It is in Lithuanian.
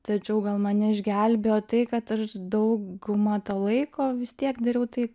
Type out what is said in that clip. tačiau gal mane išgelbėjo tai kad aš daugumą to laiko vis tiek dariau tai